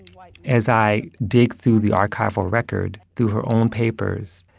like as i dig through the archival record through her own papers,